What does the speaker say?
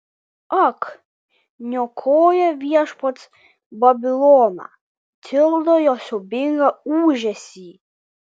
ak niokoja viešpats babiloną tildo jo siaubingą ūžesį